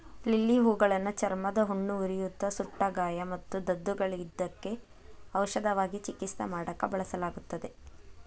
lily ಹೂಗಳನ್ನ ಚರ್ಮದ ಹುಣ್ಣು, ಉರಿಯೂತ, ಸುಟ್ಟಗಾಯ ಮತ್ತು ದದ್ದುಗಳಿದ್ದಕ್ಕ ಔಷಧವಾಗಿ ಚಿಕಿತ್ಸೆ ಮಾಡಾಕ ಬಳಸಲಾಗುತ್ತದೆ